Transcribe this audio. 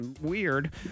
weird